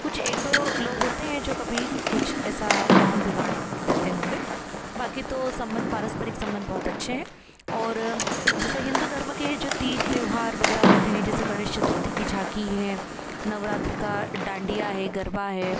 कुछ एक दो लोग होते हैं जो कभी कुछ ऐसा माहौल बिगाड़ देते होंगे बाकी तो संबंध पारस्परिक संबंध बहुत अच्छे हैं और जैसे हिन्दू धर्म के जो तीज त्योहार वगैरह होते हैं जैसे गणेश चतुर्थी की झांकी है नवरात्रि का डांडिया है गरबा है